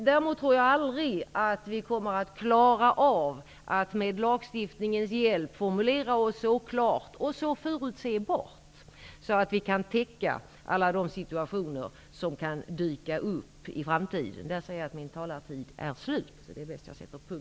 Däremot tror jag inte att vi kommer att klara av att med lagstiftningens hjälp formulera oss så tydligt och förutsebart att vi kan täcka alla situationer som kan dyka upp i framtiden.